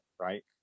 right